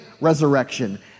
resurrection